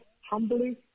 humbly